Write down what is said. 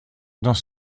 dans